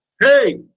hey